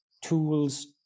tools